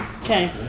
Okay